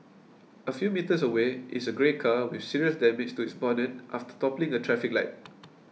a few metres away is a grey car with serious damage to its bonnet after toppling a traffic light